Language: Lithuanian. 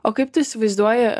o kaip tu įsivaizduoji